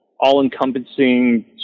all-encompassing